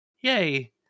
yay